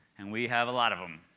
and we have a lot of them.